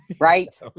right